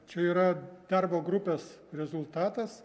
čia yra darbo grupės rezultatas